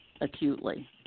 acutely